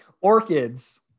Orchids